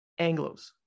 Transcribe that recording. anglos